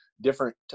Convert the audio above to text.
different